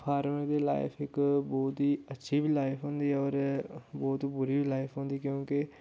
farmer दी life इक बहोत ई अच्छी बी लाइफ होंदी ऐ होर बहोत बुरी बी लाइफ होंदी क्योंकि